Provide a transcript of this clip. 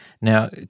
Now